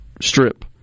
strip